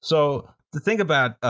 so, the thing about,